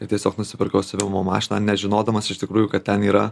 ir tiesiog nusipirkau siuvimo mašiną nežinodamas iš tikrųjų kad ten yra